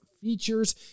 features